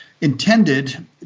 intended